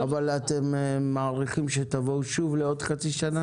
אבל אתם מעריכים שתבואו שוב לעוד חצי שנה?